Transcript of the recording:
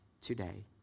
today